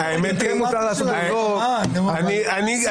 שהיה יותר נכון לעבור למצב שגם במצב החירום שלא חייבים שיהיה